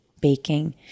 baking